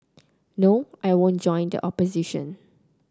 no I won't join the opposition